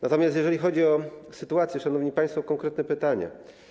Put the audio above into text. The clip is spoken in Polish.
Natomiast jeżeli chodzi o sytuację, szanowni państwo, to mam konkretne pytania.